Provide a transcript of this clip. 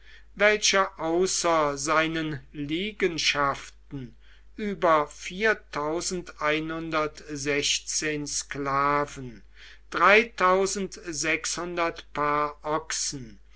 welcher außer seinen liegenschaften über sklaven sechs paar ochsen